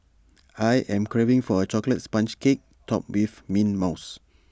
I am craving for A Chocolate Sponge Cake Topped with Mint Mousse